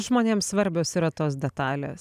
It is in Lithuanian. žmonėms svarbios yra tos detalės